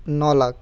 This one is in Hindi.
नौ लाख